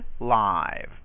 live